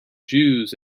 jews